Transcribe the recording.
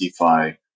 DeFi